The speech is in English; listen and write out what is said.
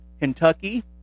kentucky